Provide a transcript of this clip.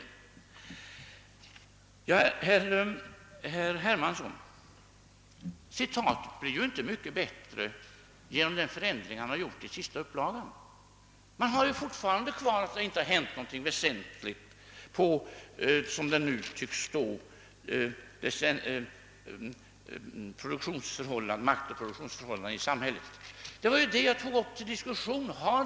Det citat jag anförde ur herr Hermanssons bok blir inte mycket bättre genom den förändring han gjort i dess sista upplaga. Där står fortfarande att I: det inte hänt något väsentligt beträffande maktoch produktionsförhållandena i samhället. Jag tog ju upp detta till diskussion.